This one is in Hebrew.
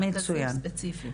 כן, במרכזים ספציפיים.